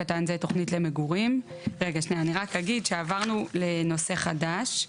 אני רק אגיד שעברנו לנושא חדש,